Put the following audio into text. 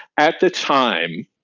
at the time,